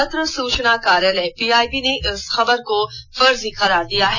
पत्र सूचना कार्यालय पीआईबी ने इस खबर को फर्जी करार दिया है